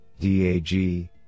DAG